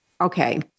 okay